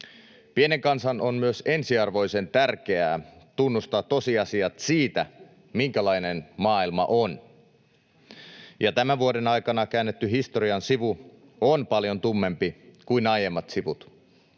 Pienen kansan on myös ensiarvoisen tärkeää tunnustaa tosiasiat siitä, minkälainen maailma on. Tämän vuoden aikana käännetty historian sivu on paljon tummempi kuin aiemmat sivut,